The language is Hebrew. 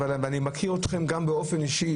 אני גם מכיר אתכם באופן אישי,